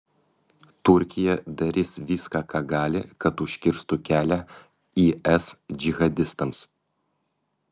turkija darys viską ką gali kad užkirstų kelią is džihadistams